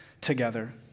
together